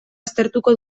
aztertuko